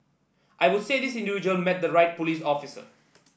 I would say this individual met the right police officer